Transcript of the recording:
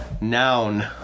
Noun